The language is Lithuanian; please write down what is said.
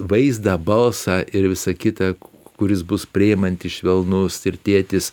vaizdą balsą ir visa kita kuris bus priimantis švelnus ir tėtis